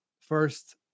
first